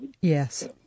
Yes